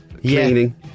cleaning